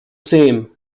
same